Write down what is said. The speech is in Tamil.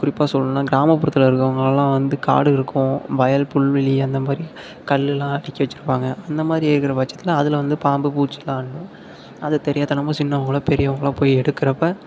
குறிப்பாக சொல்லணும்னால் கிராமப்புறத்தில் இருக்கிறவங்களலாம் வந்து காடு இருக்கும் வயல் புல்வெளி அந்த மாதிரி கல்லுலாம் அடிக்கி வச்சிருப்பாங்கள் அந்த மாதிரி இருக்கிற பட்சத்தில் அதில் வந்து பாம்பு பூச்சிலாம் அண்டும் அதை தெரியாத்தனமாக சின்னவங்களோ பெரியவங்களோ போய் எடுக்கிறப்ப